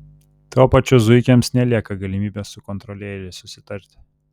tuo pačiu zuikiams nelieka galimybės su kontrolieriais susitarti